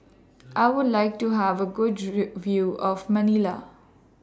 I Would like to Have A Good View of Manila